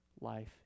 life